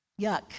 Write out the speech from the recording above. yuck